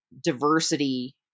diversity